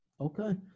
Okay